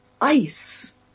ice